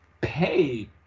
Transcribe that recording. pay